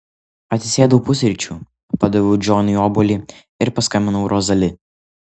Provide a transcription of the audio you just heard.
atsisėdau pusryčių padaviau džonui obuolį ir paskambinau rozali